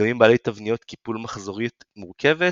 דגמים בעלי תבנית קיפול מחזורית מורכבת,